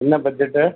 என்ன பட்ஜெக்ட்டு